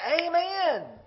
Amen